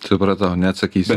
supratau neatsakysi